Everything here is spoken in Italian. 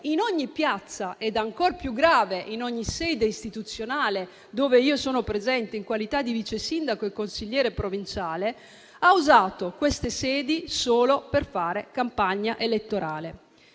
in ogni piazza e ancor più grave in ogni sede istituzionale in cui io sono presente in qualità di vice sindaco e consigliere provinciale, ha solo fatto campagna elettorale.